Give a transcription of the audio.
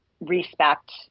respect